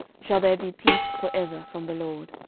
shall there be peace for ever from the lord.